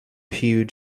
hued